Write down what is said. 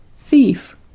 Thief